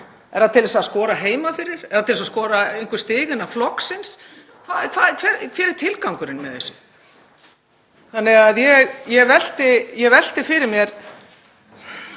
Er það til að skora heima fyrir eða til þess að skora einhver stig innan flokksins? Hver er tilgangurinn með þessu? Ég velti fyrir mér,